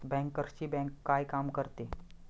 बँकर्सची बँक काय काम करते?